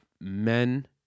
men